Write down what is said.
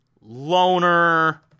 ...loner